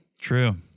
True